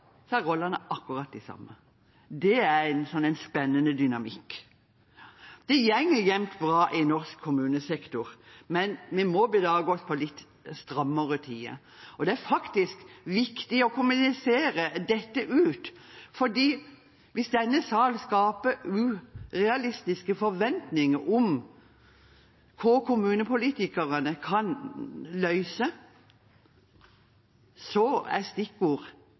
så forutsigbar. Opposisjonen har fantastisk mye penger og ressurser hver gang, og posisjonen skal sitte og holde igjen. Når opposisjonen og posisjonen bytter plass, er rollene akkurat de samme. Det er en spennende dynamikk. Det går jevnt over bra i norsk kommunesektor, men vi må belage oss på litt strammere tider. Det er faktisk viktig å kommunisere dette ut, for hvis denne sal skaper urealistiske forventninger